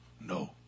No